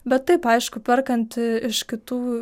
bet taip aišku perkant iš kitų